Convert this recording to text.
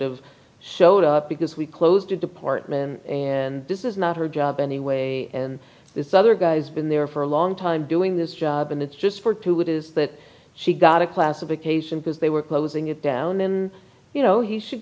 of showed up because we closed the department and this is not her job anyway and this other guy's been there for a long time doing this job and it's just for two it is that she got a classification because they were closing it down in you know he should